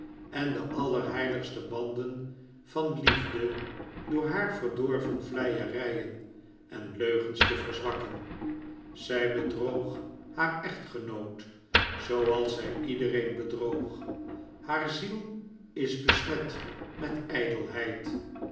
en de allerheiligste banden van liefde door haar verdorven vleierijen en leugens te verzwakken zij bedroog haar echtgenoot zooals zij iedereen bedroog haar ziel is besmet met